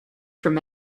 from